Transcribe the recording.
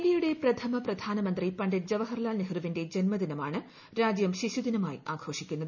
ഇന്തൃയു്ടെ പ്രഥമ പ്രധാനമന്ത്രി പണ്ഡിറ്റ് ജവഹർലാൽ നെഹ്റുവിന്റെ ജന്മദിനമാണ് രാജ്യം ശിശുദിനമായി ആഘോഷിക്കുന്നത്